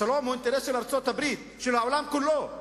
השלום הוא אינטרס של ארצות-הברית, של העולם כולו.